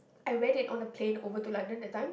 I read it on the plane over to London the time